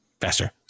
Faster